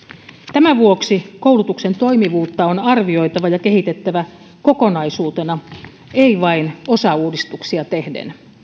tämän vuoksi koulutuksen toimivuutta on arvioitava ja kehitettävä kokonaisuutena ei vain osauudistuksia tehden